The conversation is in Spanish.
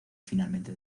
finalmente